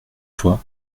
fois